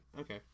okay